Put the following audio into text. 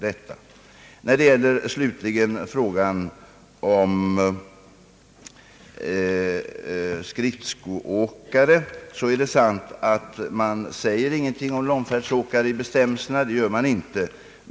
Vad slutligen beträffar frågan om skridskoåkare så är det sant, att det inte sägs något om långfärdsåkare i bestämmelserna.